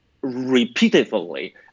repeatedly